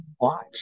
Watch